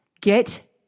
get